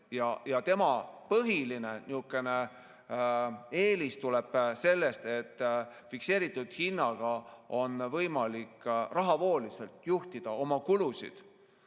Tema põhiline eelis tuleb sellest, et fikseeritud hinnaga on võimalik rahavooliselt oma kulusid